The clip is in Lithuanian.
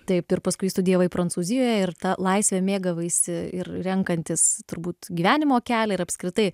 taip ir paskui studijavai prancūzijoje ir ta laisve mėgavaisi ir renkantis turbūt gyvenimo kelią ir apskritai